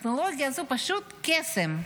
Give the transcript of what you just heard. הטכנולוגיה הזאת פשוט קסם.